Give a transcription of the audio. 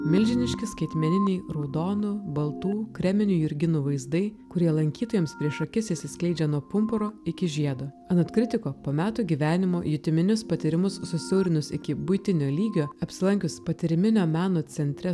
milžiniški skaitmeniniai raudonų baltų kreminių jurginų vaizdai kurie lankytojams prieš akis išsiskleidžia nuo pumpuro iki žiedo anot kritiko po metų gyvenimo jutiminius patyrimus susiaurinus iki buitinio lygio apsilankius patyriminio meno centre